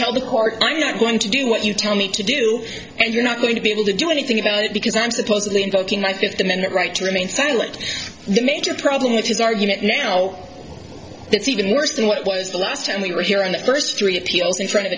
tell the court i'm not going to do what you tell me to do and you're not going to be able to do anything about it because i'm supposedly invoking my fifth amendment right to remain silent the major problem which is argument now that's even worse than what was the last time we were here on the first three appeals in front of